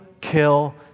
kill